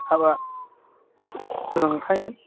हाबा सोलोंथाइ